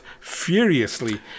furiously